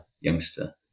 youngster